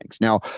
now